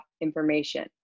information